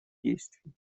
действий